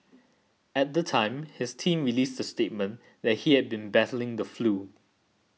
at the time his team released a statement that he had been battling the flu